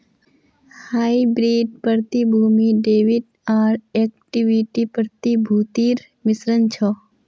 hybrid प्रतिभूति debit आर equity प्रतिभूतिर मिश्रण छ